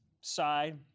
side